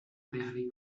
verle